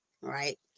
right